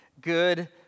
Good